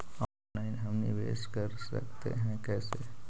Online हम निवेश कर सकते है, कैसे?